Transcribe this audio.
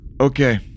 Okay